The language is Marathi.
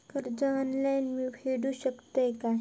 कर्ज ऑनलाइन मी फेडूक शकतय काय?